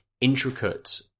intricate